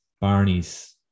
Barney's